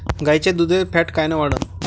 गाईच्या दुधाची फॅट कायन वाढन?